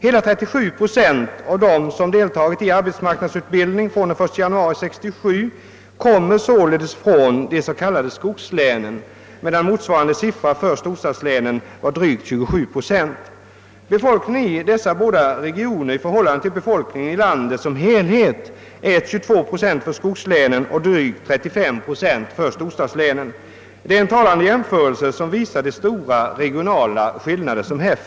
Hela 37 procent av dem som deltagit i arbetsmarknadsutbildning fr.o.m. den 1 januari 1967 kommer således från de s.k. skogslänen. Motsvarande siffra för storstadslänen är drygt 27 procent. Befolkningen i dessa båda regioner utgör av befolkningen i landet som helhet för skogslänen 22 procent och för storstads länen drygt 35 procent. Det är en talande jämförelse som visar de stora regionala skillnaderna.